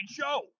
show